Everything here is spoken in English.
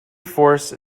force